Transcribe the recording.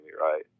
right